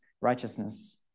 righteousness